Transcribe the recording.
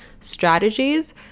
strategies